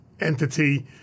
entity